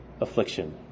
affliction